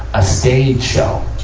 a stage show,